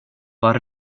var